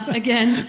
again